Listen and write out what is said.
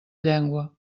llengua